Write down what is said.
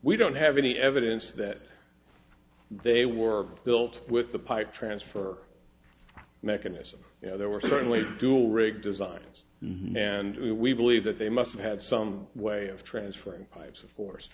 we don't have any evidence that they were built with the pipe transfer mechanism there were certainly dual rig designs and we believe that they must have had some way of transferring pipes of force